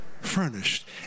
furnished